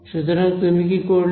সুতরাং তুমি কি করলে